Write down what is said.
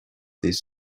this